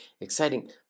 exciting